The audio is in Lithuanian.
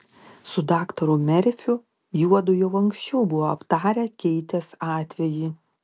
su daktaru merfiu juodu jau anksčiau buvo aptarę keitės atvejį